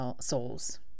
souls